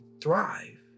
thrive